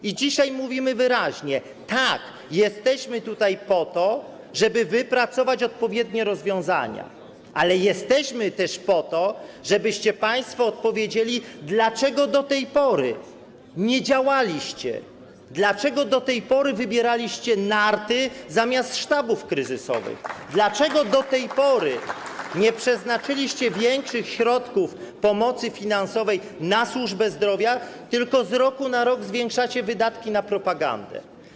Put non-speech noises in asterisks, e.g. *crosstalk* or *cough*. I dzisiaj mówimy wyraźnie: tak, jesteśmy tutaj po to, żeby wypracować odpowiednie rozwiązania, ale jesteśmy też po to, żebyście państwo odpowiedzieli, dlaczego do tej pory nie działaliście, dlaczego do tej pory wybieraliście narty zamiast sztabów kryzysowych, *applause* dlaczego do tej pory nie przeznaczyliście większych środków, większej pomocy finansowej na służbę zdrowia, tylko z roku na rok zwiększacie wydatki na propagandę.